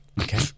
Okay